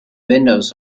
windows